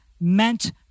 meant